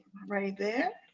right there.